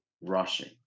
rushing